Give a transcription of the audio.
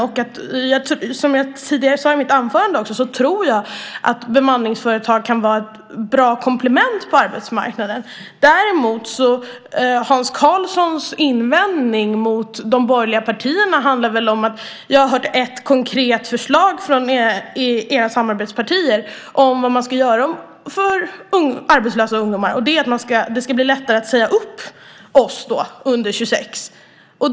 Och som jag tidigare sade i mitt anförande tror jag att bemanningsföretag kan vara ett bra komplement på arbetsmarknaden. Däremot handlar väl Hans Karlssons invändning mot de borgerliga partierna om att det bara finns ett konkret förslag från era samarbetspartier om vad man ska göra för arbetslösa ungdomar, och det är att det ska bli lättare att säga upp oss som är under 26 år.